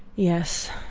yes,